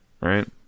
right